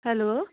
hello